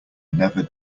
never